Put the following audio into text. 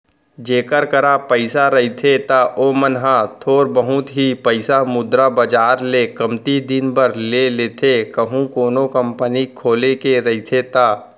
जेखर करा पइसा रहिथे त ओमन ह थोर बहुत ही पइसा मुद्रा बजार ले कमती दिन बर ले लेथे कहूं कोनो कंपनी खोले के रहिथे ता